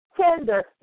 tender